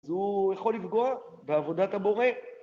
זה הוא יכול לפגוע בעבודת הבורא.